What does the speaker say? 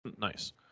Nice